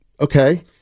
Okay